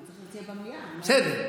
בסדר.